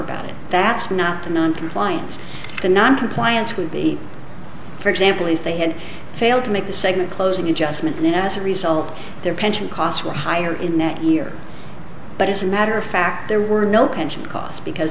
about it that's not the noncompliance the noncompliance would be for example if they had failed to make the second closing adjustment and as a result their pension costs were higher in that year but as a matter of fact there were no pension costs because